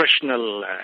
professional